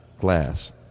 Glass